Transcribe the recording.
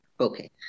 Okay